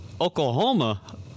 Oklahoma